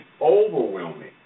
overwhelming